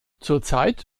zurzeit